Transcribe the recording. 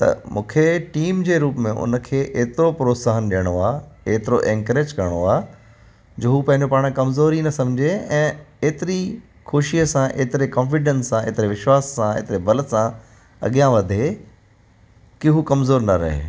त मूंखे टीम जे रुप में हुनखे एतिरो प्रोत्साहन ॾियणो आहे एतिरो एनकरेज करिणो आहे जो हू पंहिंजो पाण खे कमज़ोरु ई न समुझे ऐं एतिरी ख़ुशीअ सां एतिरे कॉन्फ़ीडन्स सां एतिरे विश्वास सां एतिरे बल सां अॻियां वधे कि हू कमज़ोरु न रहे